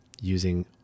using